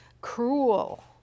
cruel